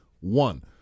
One